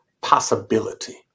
possibility